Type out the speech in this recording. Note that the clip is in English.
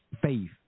faith